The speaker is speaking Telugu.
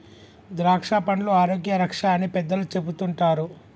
ద్రాక్షపండ్లు ఆరోగ్య రక్ష అని పెద్దలు చెపుతుంటారు